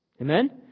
Amen